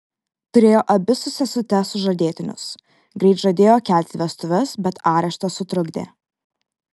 turėjo abi su sesute sužadėtinius greit žadėjo kelti vestuves bet areštas sutrukdė